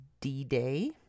D-Day